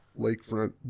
lakefront